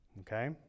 Okay